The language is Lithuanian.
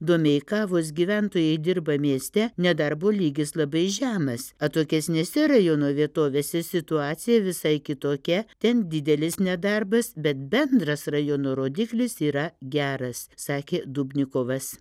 domeikavos gyventojai dirba mieste nedarbo lygis labai žemas atokesnėse rajono vietovėse situacija visai kitokia ten didelis nedarbas bet bendras rajono rodiklis yra geras sakė dubnikovas